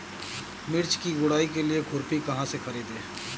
मिर्च की गुड़ाई के लिए खुरपी कहाँ से ख़रीदे?